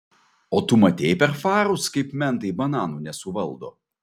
o tu matei per farus kaip mentai bananų nesuvaldo